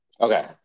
Okay